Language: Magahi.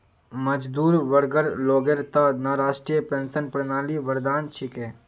मजदूर वर्गर लोगेर त न राष्ट्रीय पेंशन प्रणाली वरदान छिके